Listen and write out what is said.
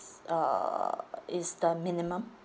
uh is the minimum